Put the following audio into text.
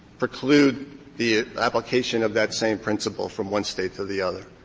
preclude the application of that same principle from one state to the other.